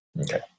Okay